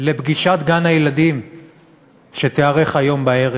לפגישת גן-הילדים שתיערך היום בערב,